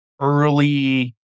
early